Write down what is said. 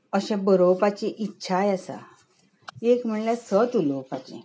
अशें बरोवपाची इत्साय आसा एक म्हणल्यार सत उलोवपाचें